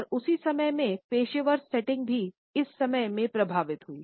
और उसी समय में पेशेवर सेटिंग्स भी इस समझ से प्रभावित हुई